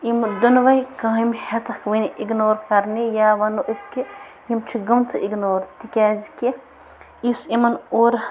یِمہٕ دۄنوے کامہِ ہٮ۪ژکھ وۄنۍ اگنور کرنہِ یا وَنو أسۍ کہِ یِم چھِ گٔمژٕ اِگنور تِکیٛازِ کہِ یُس یِمن اورٕ